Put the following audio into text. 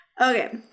Okay